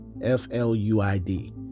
F-L-U-I-D